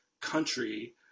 country